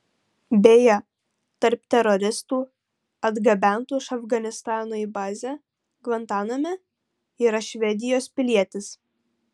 beje tarp teroristų atgabentų iš afganistano į bazę gvantaname yra švedijos pilietis